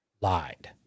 lied